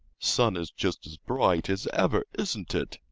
sun is just as bright as ever, isn't it?